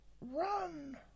Run